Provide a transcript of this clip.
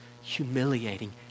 humiliating